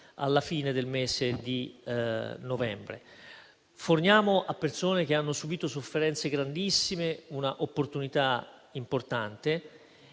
alla fine del mese di novembre. Forniamo così a persone che hanno subito sofferenze grandissime un'opportunità importante